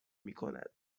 میکند